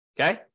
Okay